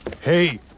Hey